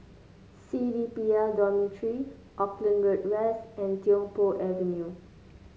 C D P L Dormitory Auckland Road West and Tiong Poh Avenue